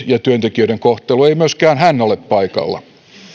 ja työntekijöiden kohtelun pitäisi kuulua ei ole paikalla